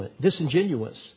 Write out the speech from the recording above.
disingenuous